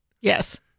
Yes